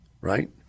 right